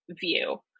view